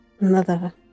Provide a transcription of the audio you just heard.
Mother